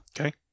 Okay